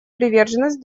приверженность